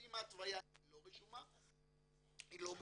ואם ההתוויה היא לא רשומה, היא לא מוכרת,